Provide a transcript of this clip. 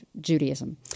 Judaism